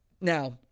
Now